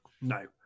No